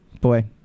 Boy